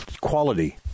quality –